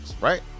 right